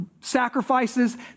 sacrifices